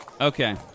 Okay